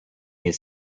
his